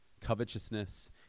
covetousness